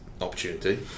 opportunity